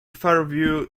fairview